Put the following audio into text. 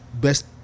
best